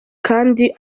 kandi